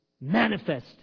manifest